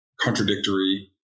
contradictory